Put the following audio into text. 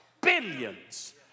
billions